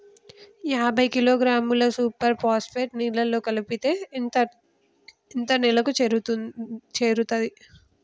యాభై కిలోగ్రాముల super phosphate నేలలో కలిపితే ఎంత నేలకు చేరుతది?